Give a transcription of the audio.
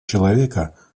человека